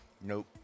Nope